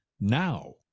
now